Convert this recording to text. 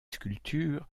sculptures